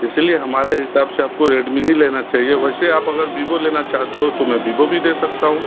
इस लिए हमारे हिसाब से आपको रेडमी ही लेना चाहिए वैसे आप अगर विवो लेना चाहते हो तो मैं विवो भी दे सकता हूँ